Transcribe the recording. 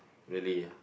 really